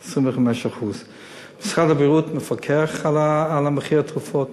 25%. משרד הבריאות מפקח על מחיר התרופות.